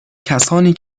کسانی